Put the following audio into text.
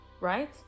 right